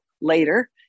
later